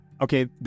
Okay